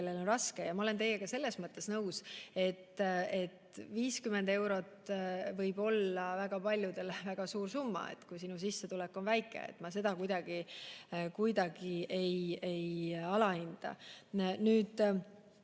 Ja ma olen teiega selles mõttes nõus, et 50 eurot võib olla väga paljudele väga suur summa, kelle sissetulek on väike. Ma seda kuidagi ei alahinda. Nüüd,